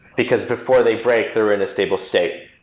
because before they break they're in a stable state.